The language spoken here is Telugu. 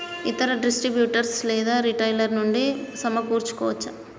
ఇతర డిస్ట్రిబ్యూటర్ లేదా రిటైలర్ నుండి సమకూర్చుకోవచ్చా?